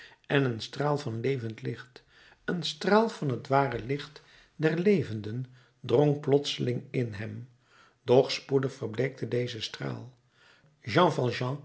en een straal van levend licht een straal van het ware licht der levenden drong plotseling in hem doch spoedig verbleekte deze straal jean